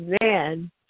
man